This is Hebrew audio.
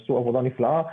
שעשו עבודה נפלאה,